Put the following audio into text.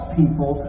people